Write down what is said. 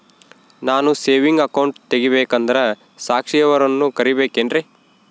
ನಾನು saving account ತೆಗಿಬೇಕಂದರ ಸಾಕ್ಷಿಯವರನ್ನು ಕರಿಬೇಕಿನ್ರಿ?